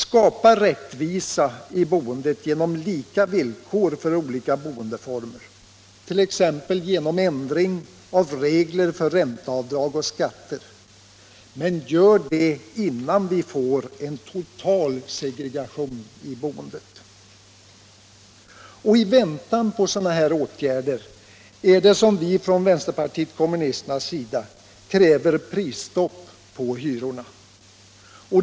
Skapa rättvisa i boendet genom lika villkor för olika boendeformer, t.ex. genom ändringar av regler för ränteavdrag och skatter! Men gör det innan vi får en total segregation i boendet! I väntan på sådana här åtgärder är det som vi från vpk kräver prisstopp på hyrorna.